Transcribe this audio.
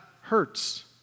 hurts